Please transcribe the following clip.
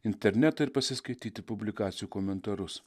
internetą ir pasiskaityti publikacijų komentarus